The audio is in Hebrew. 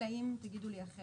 אלא אם תגידו לי אחרת.